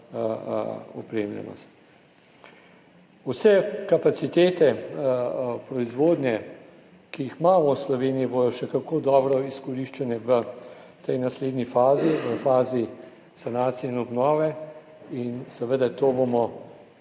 opremljenost. Vse kapacitete proizvodnje, ki jih imamo v Sloveniji, bodo še kako dobro izkoriščene v naslednji fazi, v fazi sanacije in obnove. To bomo,